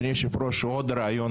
רוויזיה.